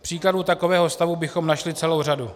Příkladů takového stavu bychom našli celou řadu.